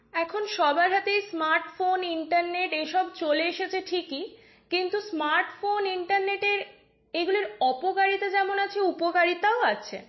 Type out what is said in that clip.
এখন সবার হাতেই স্মার্টফোন ইন্টারনেট এসব চলে এসেছে ঠিকই কিন্তু স্মার্টফোন ইন্টারনেটের এগুলোর অপকারিতা যেমন আছে উপকারিতাও আছে